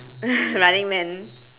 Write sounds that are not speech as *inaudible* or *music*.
*laughs* running man